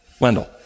Wendell